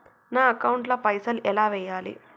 నా అకౌంట్ ల పైసల్ ఎలా వేయాలి?